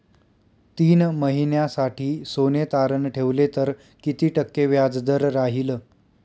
तीन महिन्यासाठी सोने तारण ठेवले तर किती टक्के व्याजदर राहिल?